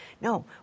No